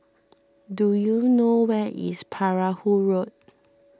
do you know where is Perahu Road